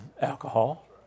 alcohol